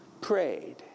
Prayed